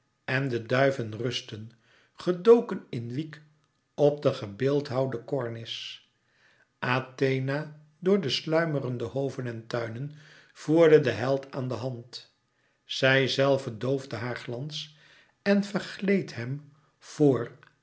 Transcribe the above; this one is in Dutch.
en de duiven rustten gedoken in wiek op de gebeeldhouwde kornis athena door de sluimerende hoven en tuinen voerde den held aan de hand zijzelve doofde haar glans en vergleed hem voor